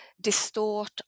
distort